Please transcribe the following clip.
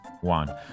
one